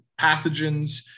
pathogens